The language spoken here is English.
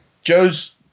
Joe's